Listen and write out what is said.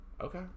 Okay